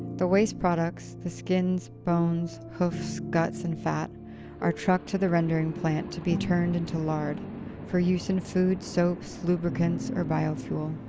the waste products the skins, bones, hoofs, guts and fat are trucked to the rendering plant to be turned into lard for use in food, soaps, lubricants and biofuel,